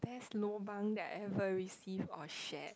best lobang that I ever received or shared